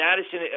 Addison